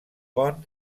pont